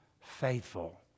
faithful